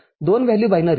तर२ value binary